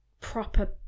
proper